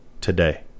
today